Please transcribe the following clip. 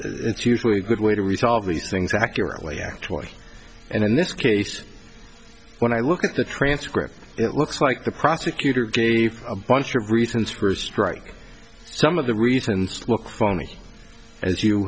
it's usually a good way to resolve these things accurately actually and in this case when i look at the transcript it looks like the prosecutor gave a bunch of reasons for a strike some of the reasons for me as you